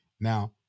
Now